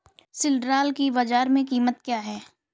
सिल्ड्राल की बाजार में कीमत क्या है?